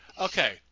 Okay